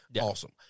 Awesome